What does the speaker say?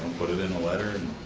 put it in the letter, and